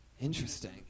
Interesting